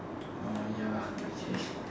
oh ya okay